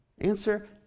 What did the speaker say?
Answer